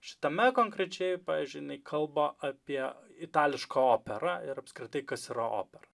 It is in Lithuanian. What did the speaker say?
šitame konkrečiai pavyzdžiui jinai kalba apie itališką operą ir apskritai kas yra opera